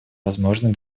возможный